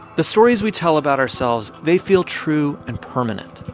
the stories we tell about ourselves, they feel true and permanent,